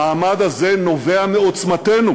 המעמד הזה נובע מעוצמתנו